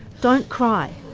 don't cry,